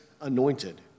anointed